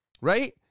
right